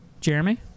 Jeremy